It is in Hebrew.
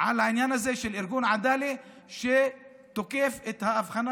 על העניין של ארגון עדאלה שתוקף את ההבחנה